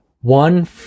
One